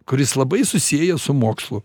kuris labai susieja su mokslu